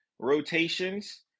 rotations